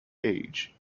age